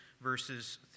verses